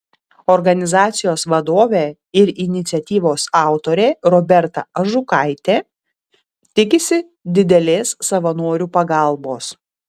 organizacijos vadovė ir iniciatyvos autorė roberta ažukaitė tikisi didelės savanorių pagalbos